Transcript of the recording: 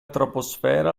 troposfera